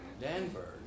Danvers